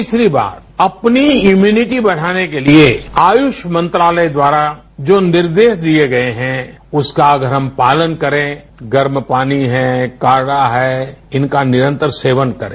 तीसरी बात अपनी इम्यूनिटी बढ़ाने के लिए आयुष मंत्रालय द्वारा जो निर्देश दिए गए हैं उसका अगर हम पालन करेँ गर्म पानी है काव्रा है इनका निरंतर सेवन करें